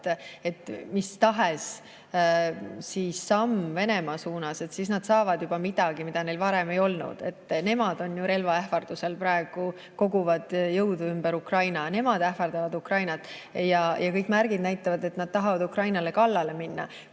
et mis tahes samm Venemaa suunas [tähendab seda], et nad saavad midagi, mida neil varem ei olnud. Nemad ju relva ähvardusel praegu koguvad jõude ümber Ukraina, nemad ähvardavad Ukrainat. Kõik märgid näitavad, et nad tahavad Ukrainale kallale minna.